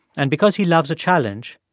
and because he loves a challenge,